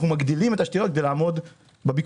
אנחנו מגדילים את השתילות כדי לעמוד בביקושים.